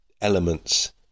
elements